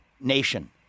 nation